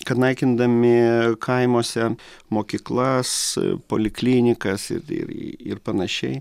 kad naikindami kaimuose mokyklas poliklinikas ir ir ir panašiai